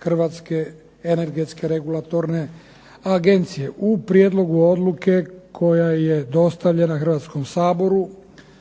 Hrvatske energetske regulatorne agencije. U prijedlogu odluke koja je dostavljena Hrvatskom saboru